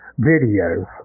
videos